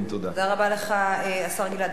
תודה רבה לך, השר גלעד ארדן.